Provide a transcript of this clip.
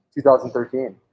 2013